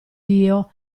dio